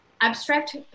Abstract